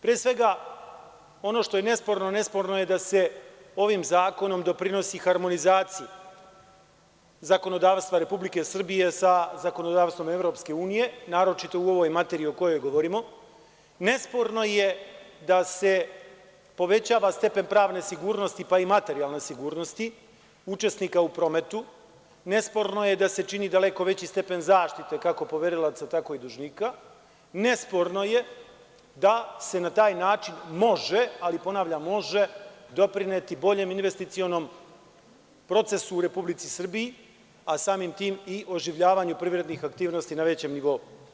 Pre svega, ono što je nesporno, nesporno je da se ovim zakonom doprinosi harmonizaciji zakonodavstva Republike Srbije sa zakonodavstvom EU, naročito u ovoj materiji o kojoj govorimo, nesporno je da se povećava stepen pravne sigurnosti, pa i materijalne sigurnosti učesnika u prometu, nesporno je da se čini daleko veći stepen zaštite kako poverilaca, tako i dužnika, nesporno je da se na taj način može, ali ponavljam – može, doprineti boljem investicionom procesu u Republici Srbiji, a samim tim i oživljavanju privrednih aktivnosti na većem nivou.